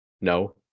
No